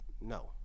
No